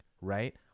right